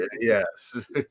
Yes